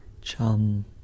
chum